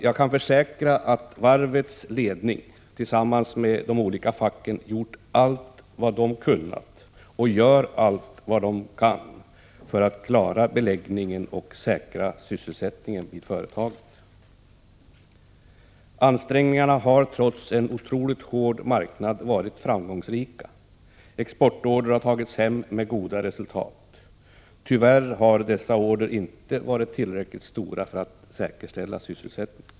Jag kan försäkra att varvets ledning tillsammans med de olika facken har gjort allt man kunnat och gör allt vad man kan för att klara beläggningen och säkra sysselsättningen vid företaget. Ansträngningarna har, trots en otroligt hård marknad, varit framgångsrika. Exportorder har tagits hem med goda resultat. Tyvärr har emellertid dessa order inte varit tillräckligt stora för att säkerställa sysselsättningen.